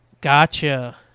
Gotcha